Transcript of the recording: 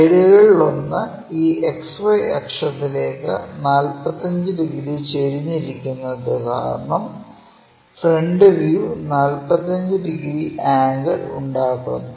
സൈഡുകളിൽ ഒന്ന് ഈ XY അക്ഷത്തിലേക്ക് 45 ഡിഗ്രി ചെരിഞ്ഞിരിക്കുന്നതു കാരണം ഫ്രണ്ട് വ്യൂ 45 ഡിഗ്രി ആംഗിൾ ഉണ്ടാക്കുന്നു